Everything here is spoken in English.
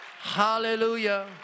hallelujah